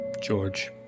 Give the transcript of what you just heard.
George